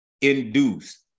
induced